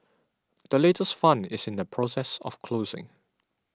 the latest fund is in the process of closing